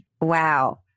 wow